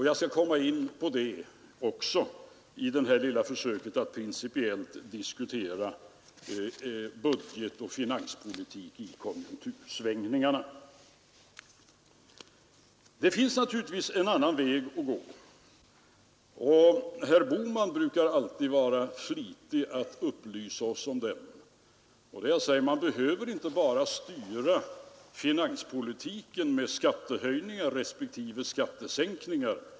Jag skall komma in på det också i detta lilla försök att principiellt diskutera budgetoch finanspolitik i konjunktursvängningarna. Det finns naturligtvis en annan väg att gå. Herr Bohman brukar alltid vara flitig att upplysa oss om den. Man behöver inte bara styra finanspolitiken med skattehöjningar respektive skattesänkningar.